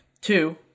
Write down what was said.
Two